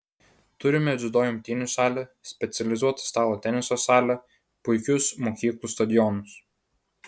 turime dziudo imtynių salę specializuotą stalo teniso salę puikius mokyklų stadionus